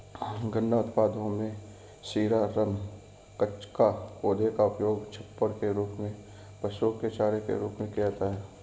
गन्ना उत्पादों में शीरा, रम, कचाका, पौधे का उपयोग छप्पर के रूप में, पशुओं के चारे के रूप में किया जाता है